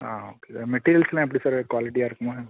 ஆ okay sir மெட்டீரியல்ஸ்லாம் எப்படி sir குவாலிட்டியாக இருக்குமா